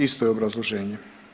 Isto je obrazloženje.